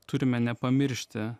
turime nepamiršti